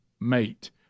mate